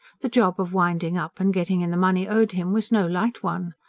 the job of winding up and getting in the money owed him was no light one.